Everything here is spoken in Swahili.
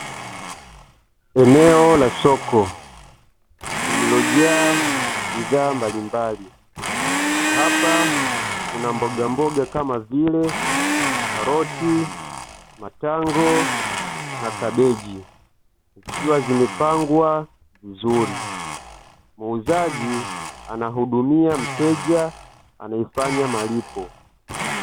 Eneo la soko lililojaa bidhaa mbalimbali hapa kuna mbogamboga kama vile karoti, matango na kabeji zikiwa zimepangwa vizuri muuzaji anahudumia mteja anayefanya malipo.